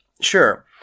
sure